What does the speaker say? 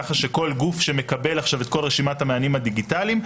כך שכל גוף שמקבל עכשיו את כל רשימת המענים הדיגיטליים,